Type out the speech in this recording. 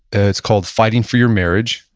it's called fighting for your marriage,